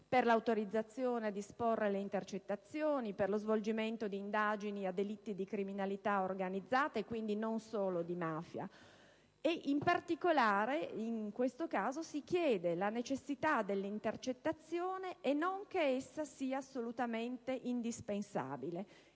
per l'autorizzazione a disporre le intercettazioni per lo svolgimento di indagini nei confronti di delitti di criminalità organizzata, e quindi non solo di mafie. In particolare, in questo caso si chiede la necessità delle intercettazioni e non che essa sia assolutamente indispensabile,